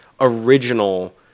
original